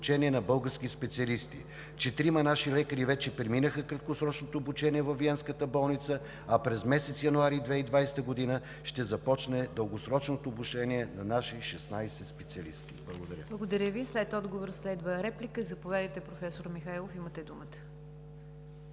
на български специалисти. Четирима наши лекари вече преминаха краткосрочното обучение във Виенската болница, а през месец януари 2020 г. ще започне дългосрочното обучение на 16 наши специалисти. Благодаря. ПРЕДСЕДАТЕЛ НИГЯР ДЖАФЕР: Благодаря Ви. След отговора следва реплика. Заповядайте, професор Михайлов – имате думата.